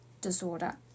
Disorder